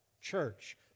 church